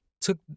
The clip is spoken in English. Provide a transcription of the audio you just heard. took